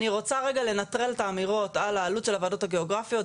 אני רוצה רגע לנטרל את האמירות על העלות של הוועדות הגיאוגרפיות.